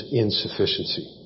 insufficiency